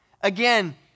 again